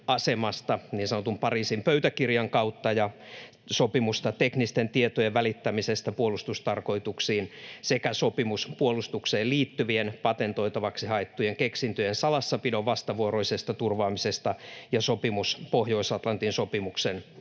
niin sanotun Pariisin pöytäkirjan kautta, sopimus teknisten tietojen välittämisestä puolustustarkoituksiin, sopimus puolustukseen liittyvien, patentoitavaksi haettujen keksintöjen salassapidon vastavuoroisesta turvaamisesta, sopimus Pohjois-Atlantin sopimuksen